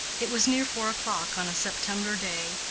it was near four o'clock on a september day,